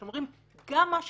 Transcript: שאתם אומרים שגם מה שהתיישן,